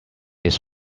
its